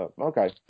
Okay